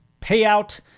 payout